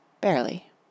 Barely